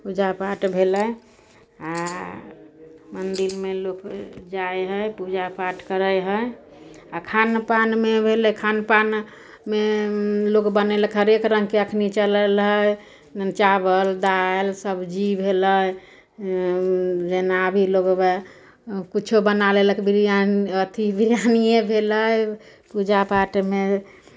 पूजा पाठ भेलै आओर मन्दिरमे लोक जाइ हइ पूजा पाठ करै हइ आओर खानपानमे भेलै खानपानमे लोक बनेलक हरेक रङ्गके एखन चलल हइ जेना चावल दालि सबजी भेलै जेना अभी लोक वएह किछु बना लेलक बिरिआनी अथी बिरिआनिए भेलै पूजा पाठमे